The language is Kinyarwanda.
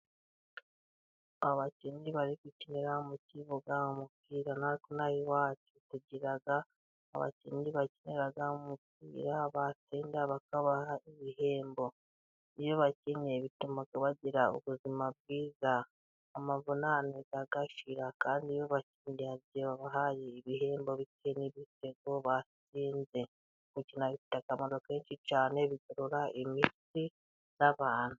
Abakinnyi bari gukinira mu kibuga umupira, ino ahangaha iwacu, tugira abakinnyi bakina umupira batsinda bakabaha ibihembo, iyo bakinnye bituma bagira ubuzima bwiza, amavunane agashira, kandi iyo bakinnye hari igihe babahaye ibihembo bitewe n'ibitego batsinze, gukina bifite akamaro kenshi cyane, bigorora imitsi y'abantu.